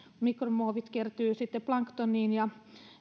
mikromuovit kertyvät sitten planktoneihin ja